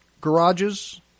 garages